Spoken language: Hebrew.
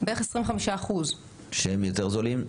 בערך 25%. שהם יותר זולים?